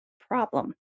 problem